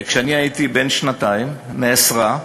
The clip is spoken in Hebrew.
כשאני הייתי בן שנתיים, נאסרה,